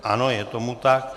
Ano, je tomu tak.